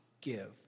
give